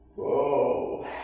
Whoa